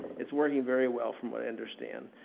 it's working very well, from what i understand.